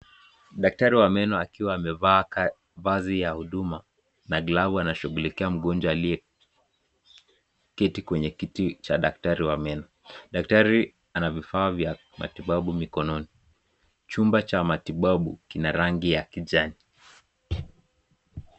Daktri wa meno akiwa amevaa vazi ya huduma na glavu anashughulikia mgonjwa aliyeketi kwenye kiti cha daktari wa meno. Daktari ana vifaa vya matibabu mikononi chumba cha matibabu kina rangi ya kijani.